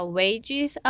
wages